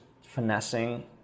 finessing